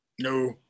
No